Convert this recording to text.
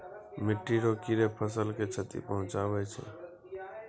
मिट्टी रो कीड़े फसल के क्षति पहुंचाबै छै